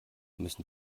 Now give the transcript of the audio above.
müssen